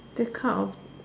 this kind of